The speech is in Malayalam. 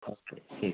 ഓക്കെ ശരി